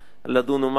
לדון ועל מה לא,